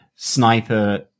sniper